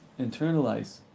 internalize